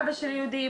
אבא שלי יהודי,